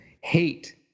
hate